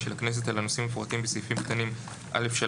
של הכנסת על הנושאים המפורטים בסעיפים קטנים (א)(3),